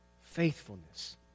Faithfulness